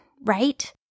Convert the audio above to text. right